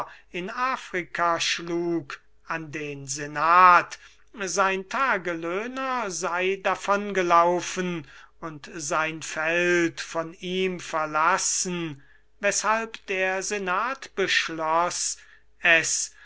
in afrika schlug an den senat sein tagelöhner sei davongelaufen und sein feld von ihm verlassen weshalb der senat beschloß es